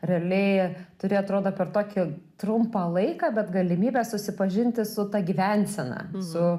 realiai turi atrodo per tokį trumpą laiką bet galimybę susipažinti su ta gyvensena su